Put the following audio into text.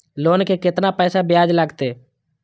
Loan के केतना पैसा ब्याज लागते?